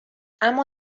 اما